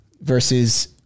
versus